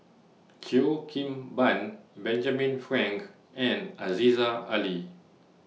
Cheo Kim Ban Benjamin Frank and Aziza Ali